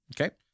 Okay